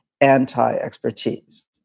anti-expertise